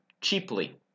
cheaply